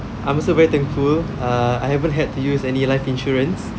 I'm also very thankful uh I haven't had to use any life insurance